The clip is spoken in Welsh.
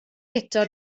guto